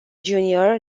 junior